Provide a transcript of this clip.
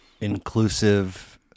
inclusive